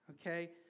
Okay